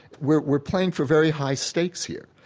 we're we're playing for very high stakes here.